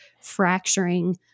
fracturing